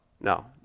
no